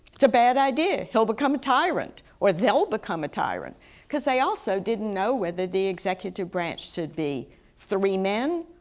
it's a bad idea, he'll become a tyrant, or they'll become a tyrant because they also didn't know whether the executive branch should be three men,